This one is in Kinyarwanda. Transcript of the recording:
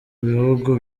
bihugu